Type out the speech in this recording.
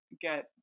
get